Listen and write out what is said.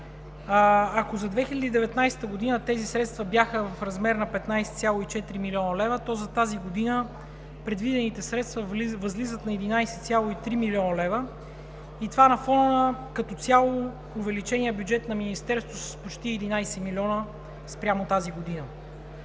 Ако за 2019 г. тези средства бяха в размер на 15,4 млн. лв., то за тази година предвидените средства възлизат на 11,3 млн. лв. и това като цяло на фона на увеличения бюджет на Министерството,с почти 11 милиона спрямо тази година.